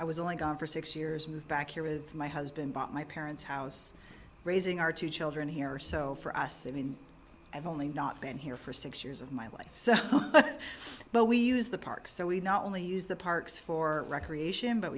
was only gone for six years moved back here with my husband bought my parents house raising our two children here so for us i mean i've only not been here for six years of my life but we use the park so we not only use the parks for recreation but